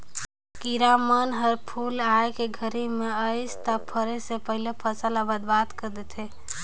किरा मन हर फूल आए के घरी मे अइस त फरे के पहिले फसल ल बरबाद कर देथे